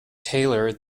tailor